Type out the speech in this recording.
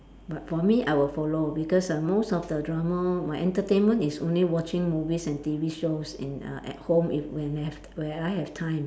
but for me I will follow because uh most of the drama my entertainment is only watching movies and T_V shows in uh at home if when have when I have time